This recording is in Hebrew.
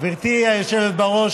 גברתי היושבת-ראש,